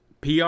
PR